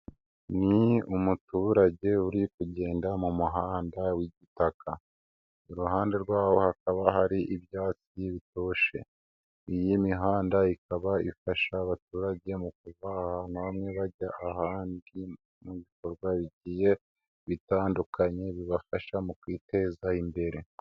Ni umuturage uri kugenda mu muhanda w'igitaka, iruhande rwawo hakaba hari ibyatsi bitoshye, iyi mihanda ikaba ifasha abaturage mu kuva ahantu hamwe bajya ahandi mu bikorwa bigiye bitandukanye, bibafasha mu kwiteza imbere.